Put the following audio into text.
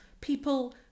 people